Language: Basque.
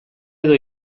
edo